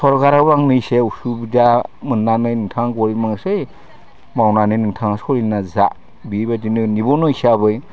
सरखारनाव आंनि सायाव सुबिदा मोननानै नोंथां गय मोसै मावनानै नोंथाङा सोलिनानै जा बिबायदिनो जिबन' हिसाबै